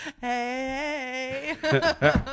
hey